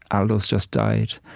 aldo's just died.